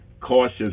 cautious